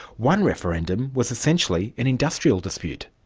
one referendum was essentially an industrial dispute.